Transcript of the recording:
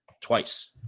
twice